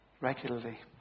regularly